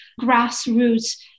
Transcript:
grassroots